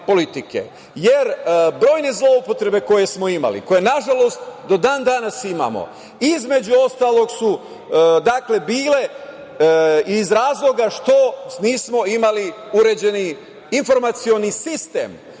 jer brojne zloupotrebe koje smo imali, koje nažalost do dan danas imamo, između ostalog su bile iz razloga što nismo imali uređeni informacioni sistem